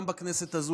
גם בכנסת הזו,